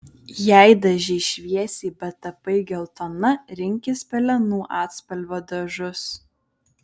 jei dažei šviesiai bet tapai geltona rinkis pelenų atspalvio dažus